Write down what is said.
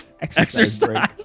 Exercise